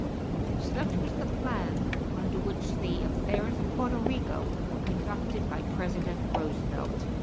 such was the plan under which the affairs of porto rico were conducted by president roosevelt.